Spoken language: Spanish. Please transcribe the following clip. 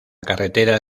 carretera